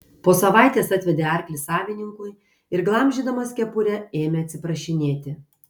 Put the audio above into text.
po savaitės atvedė arklį savininkui ir glamžydamas kepurę ėmė atsiprašinėti